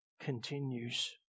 continues